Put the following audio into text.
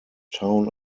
town